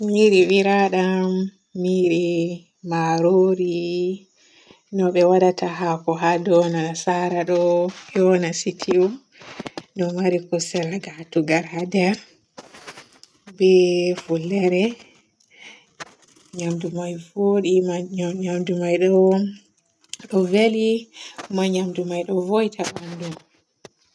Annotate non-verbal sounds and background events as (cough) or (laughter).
(noise) Mi yiɗi biradam, mi yiɗi marori, no be waadata haako haa ɗou no nasara ɗo yoona citiw, ɗo maari kusel gatugal haa nder be fullere, nyamdu man voodi man nyamdu nyamdu may ɗo veli ko nyamdu may ɗo vo'ita banɗo.